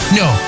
no